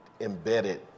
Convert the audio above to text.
embedded